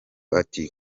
ati